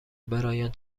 برایان